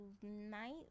tonight